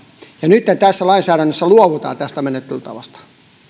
ja nytten tässä lainsäädännössä luovutaan tästä menettelytavasta